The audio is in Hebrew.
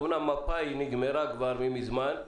אמנם מפא"י כבר מזמן נגמרה,